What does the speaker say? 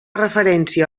referència